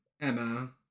Emma